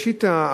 ראשית,